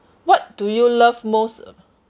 what do you love most